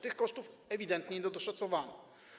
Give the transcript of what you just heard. Tych kosztów ewidentnie nie doszacowano.